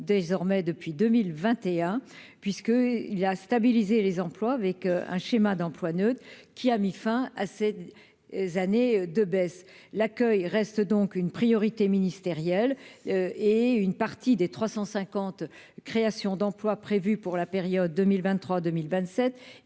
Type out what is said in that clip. désormais depuis 2021 puisque il y a à stabiliser les emplois avec un schéma d'emplois neutre qui a mis fin à ses années de baisse, l'accueil reste donc une priorité ministérielle et une partie des 350 créations d'emplois prévues pour la période 2023 2027